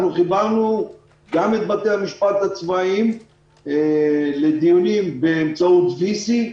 חיברנו גם את בתי המשפט הצבאיים לדיונים באמצעות וי-סי,